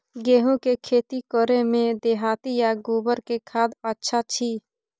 गेहूं के खेती करे में देहाती आ गोबर के खाद अच्छा छी?